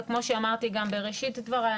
וכמו שאמרתי גם בראשית דבריי,